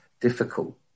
difficult